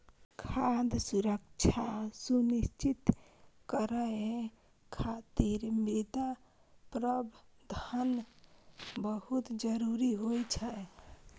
खाद्य सुरक्षा सुनिश्चित करै खातिर मृदा प्रबंधन बहुत जरूरी होइ छै